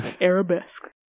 Arabesque